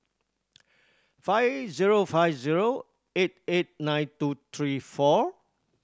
five zero five zero eight eight nine two three four